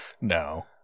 No